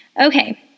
Okay